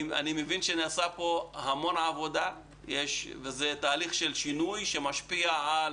אני מבין שנעשית פה המון עבודה וזה תהליך של שינוי שמשפיע על